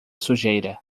sujeira